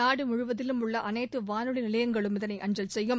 நாடு முழுவதிலும உள்ள அனைத்த வானொலி நிலையங்களும் இதனை அஞ்சல் செய்யும்